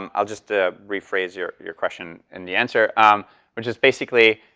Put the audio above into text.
um i'll just ah rephrase your your question in the answer which is basically,